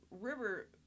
river